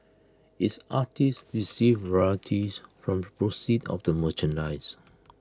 its artists receive royalties from proceeds of the merchandise